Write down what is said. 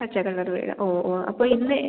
വെച്ചേക്കാം കറുക ഇല ഓ ഓ അപ്പോൾ ഇന്ന്